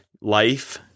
life